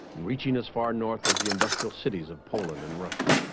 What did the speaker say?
reaching as far north as the industrial cities of poland and russia